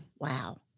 Wow